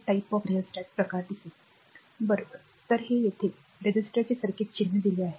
तर रेझिस्टरचे सर्किट चिन्ह दिले गेले आहे हे येथे रेझिस्टरचे सर्किट चिन्ह दिले आहे